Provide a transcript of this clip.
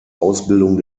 ausbildung